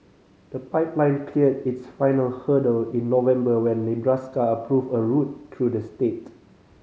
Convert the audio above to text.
the pipeline cleared its final hurdle in November when Nebraska approved a route through the state